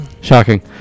Shocking